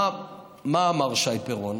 מה אמר שי פירון?